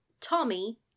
Tommy